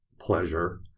pleasure